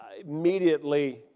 immediately